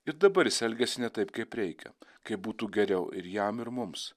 ir dabar jis elgiasi ne taip kaip reikia kaip būtų geriau ir jam ir mums